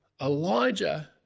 Elijah